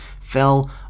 fell